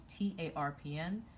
TARPN